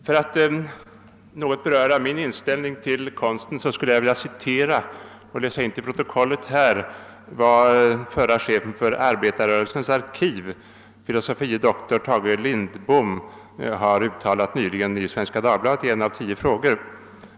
För att något ange min inställning till konsten skulle jag i kammarens protokoll vilja läsa in och ansluta mig till vad förre chefen för Arbetarrörelsens arkiv, fil. dr Tage Lindbom, nyligen uttalat i Svenska Dagbladet i svaret på en av tio frågor.